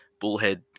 bullhead